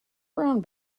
brown